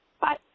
Bye